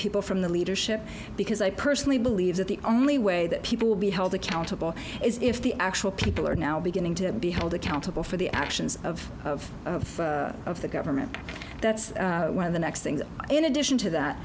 people from the leadership because i personally believe that the only way that people will be held accountable is if the actual people are now beginning to be held accountable for the actions of of the government that's one of the next things in addition to that